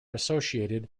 associated